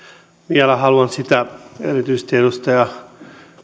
vielä haluan sitä erityisesti edustaja